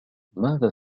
ماذا